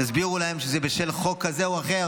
תסבירו להם שזה בשל חוק כזה או אחר